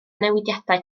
newidiadau